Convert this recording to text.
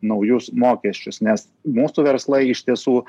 naujus mokesčius nes mūsų verslai iš tiesų